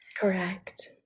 Correct